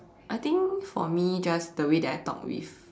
I think for me just the way that I talk with